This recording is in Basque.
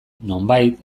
nonbait